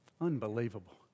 Unbelievable